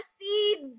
seeds